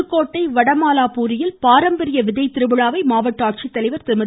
புதுக்கோட்டை வடமாலாபூரியில் பாரம்பரிய விதை திருவிழாவை மாவட்ட ஆட்சித்தலைவர் திருமதி